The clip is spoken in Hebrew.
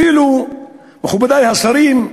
אפילו, מכובדי השרים,